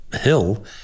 hill